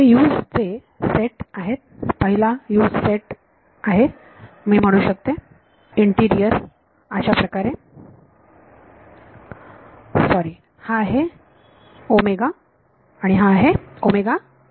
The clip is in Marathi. हे U's ते सेट आहेत पहिला U's सेट आहे मी म्हणू शकत इंटिरियर अशाप्रकारे सॉरी हा आहे हा आहे